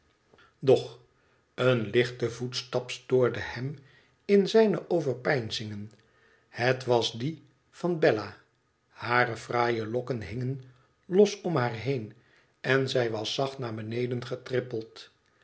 doch een lichte voetstap stoorde hem in zijne overpeinzingen het was die van bella hare fraaie lokken hingen los om haar heen en zij was zacht naar beneden getrippeld